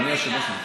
אדוני היושב-ראש,